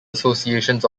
associations